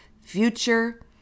future